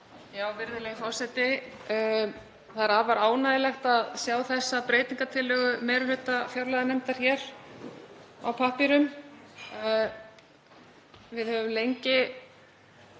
Virðulegi forseti. Það er afar ánægjulegt að sjá þessa breytingartillögu meiri hluta fjárlaganefndar hér á pappírum. Við höfum lengi